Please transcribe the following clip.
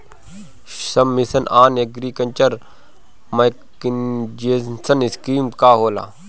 सब mission on agriculture mechanization scheme का होला?